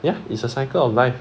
ya it's a cycle of life